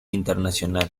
internacional